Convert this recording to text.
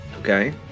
Okay